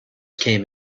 came